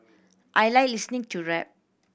I like listening to rap